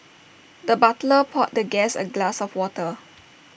the butler poured the guest A glass of water